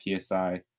psi